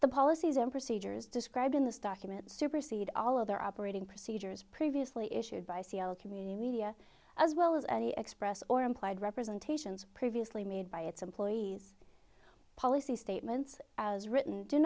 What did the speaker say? the policies and procedures described in this document supersede all of their operating procedures previously issued by seal community media as well as any express or implied representations previously made by its employees policy statements as written d